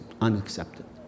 unacceptable